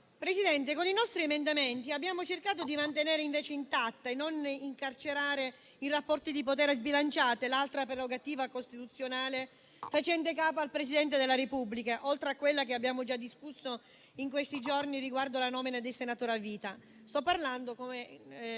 Presidente, con i nostri emendamenti abbiamo invece cercato di mantenere intatta e non incarcerata in rapporti di potere sbilanciati l'alta prerogativa costituzionale facente capo al Presidente della Repubblica, oltre a quella che abbiamo già discusso in questi giorni riguardo alla nomina dei senatori a vita. Sto parlando della